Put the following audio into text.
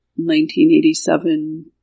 1987